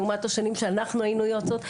לעומת השנים שאנחנו היינו יועצות,